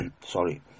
sorry